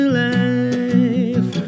life